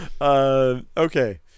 Okay